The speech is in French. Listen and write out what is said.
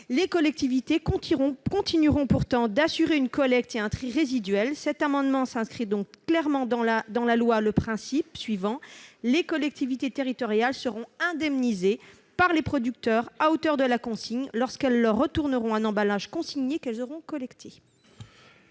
Les collectivités continueront pourtant d'assurer une collecte et un tri résiduel. Cet amendement inscrit donc clairement dans la loi le principe suivant : les collectivités territoriales seront indemnisées par les producteurs à hauteur de la consigne lorsqu'elles leur renverront un emballage consigné qu'elles auront collecté.